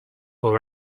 were